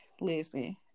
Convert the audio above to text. Listen